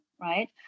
right